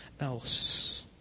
else